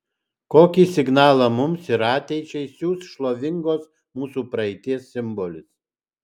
kokį signalą mums ir ateičiai siųs šlovingos mūsų praeities simbolis